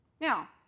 Now